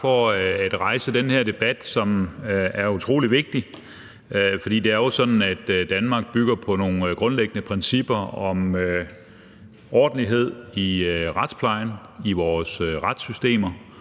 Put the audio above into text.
for at rejse den her debat, som er utrolig vigtig. Det er jo sådan, at Danmark bygger på nogle grundlæggende principper om ordentlighed i retsplejen, i vores retssystemer.